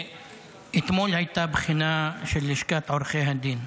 אתמול הייתה בחינה של לשכת עורכי הדין.